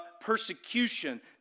persecution